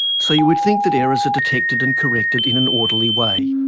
so you would think that errors are detected and corrected in an orderly way.